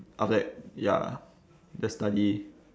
after that ya just study